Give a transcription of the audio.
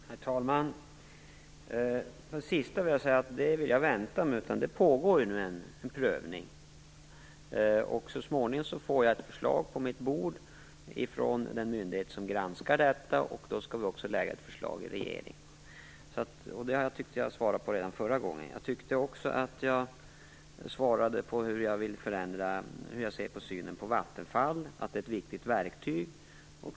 Herr talman! Det sista vill jag vänta med att kommentera, eftersom det nu pågår en prövning. Så småningom får jag ett förslag på mitt bord från den myndighet som granskar detta, och då lägger vi fram ett förslag från regeringen. Detta svarade jag på redan i mitt förra inlägg. Jag tycker också att jag svarade på hur jag ser på Vattenfall. Det är ett viktigt verktyg.